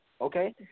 okay